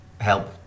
help